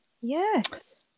Yes